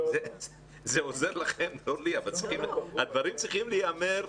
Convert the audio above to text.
זה עוזר לכם, לא לי, אבל הדברים צריכים להיאמר.